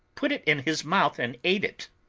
put it in his mouth and ate it.